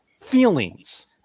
feelings